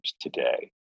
today